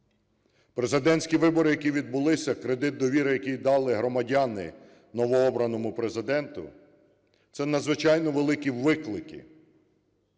Президентські вибори, які відбулися, кредит довіри, який дали громадяни новообраному Президенту, - це надзвичайно великі виклики.